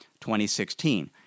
2016